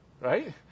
right